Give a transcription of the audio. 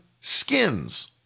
skins